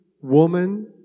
woman